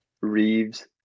Reeves